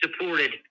supported